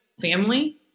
family